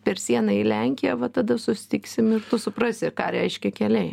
per sieną į lenkiją va tada susitiksim ir tu suprasi ką reiškia keliai